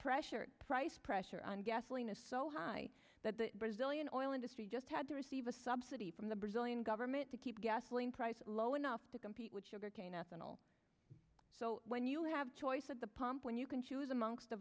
pressure price pressure on gasoline is so high that the brazilian oil industry just had to receive a subsidy from the brazilian government to keep gasoline prices low enough to compete with sugarcane ethanol so when you have choice at the pump when you can choose amongst